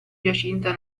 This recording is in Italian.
giacinta